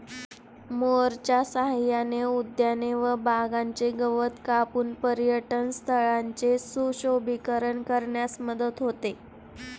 मोअरच्या सहाय्याने उद्याने व बागांचे गवत कापून पर्यटनस्थळांचे सुशोभीकरण करण्यास मदत होते